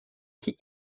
qui